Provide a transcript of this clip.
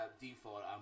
default